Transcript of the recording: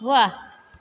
वाह